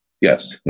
Yes